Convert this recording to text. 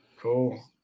Cool